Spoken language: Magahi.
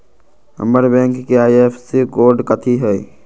हमर बैंक के आई.एफ.एस.सी कोड कथि हई?